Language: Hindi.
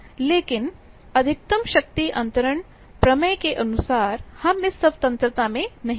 लेकिन अधिकतम शक्ति अन्तरण प्रमेय के अनुसार हमइस स्वतंत्रता में नहीं हैं